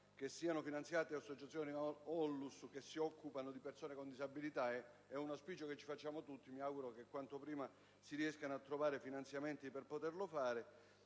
siano finanziate associazioni ONLUS che si occupano di persone con disabilità. È un auspicio che facciamo tutti. Mi auguro che quanto prima si riescano a trovare i finanziamenti per poterlo fare.